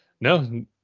No